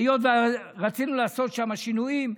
היות שרצינו לעשות שם שינויים,